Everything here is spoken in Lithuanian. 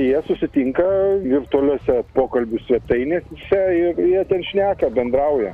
jie susitinka virtualiose pokalbių svetainėse ir jie ten šneka bendrauja